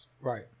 Right